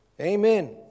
Amen